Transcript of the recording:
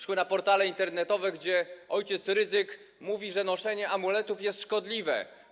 Szły na portale internetowe, gdzie ojciec Rydzyk mówi, że noszenie amuletów jest szkodliwe.